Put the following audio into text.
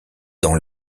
dans